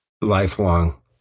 lifelong